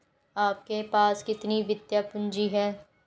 आपके पास कितनी वित्तीय पूँजी है?